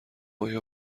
آیا